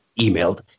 emailed